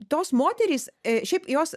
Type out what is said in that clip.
tos moterys šiaip jos